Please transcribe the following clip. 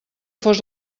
fos